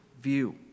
view